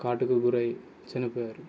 కాటుకు గురై చనిపోయారు